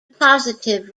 positive